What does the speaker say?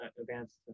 advanced